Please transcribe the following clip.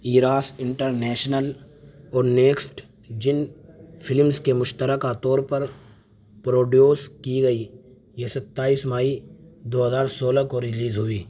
ایراس International اور Next Gen films کے مشترکہ طور پر پروڈیوس کی گئی یہ ستائیس مئی دو ہزار سولہ کو ریلیز ہوئی